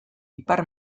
ipar